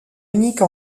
unique